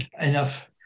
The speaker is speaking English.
enough